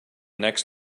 next